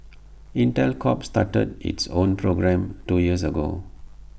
Intel Corp started its own program two years ago